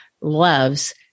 loves